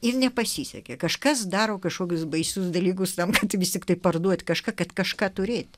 ir nepasisekė kažkas daro kažkokius baisius dalykus telkšantį vis tiktai parduoti kažką kad kažką turėti